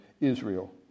Israel